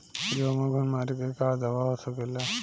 गेहूँ में घुन मारे के का दवा हो सकेला?